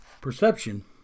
perception